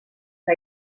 que